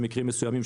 במקרים מסוימים,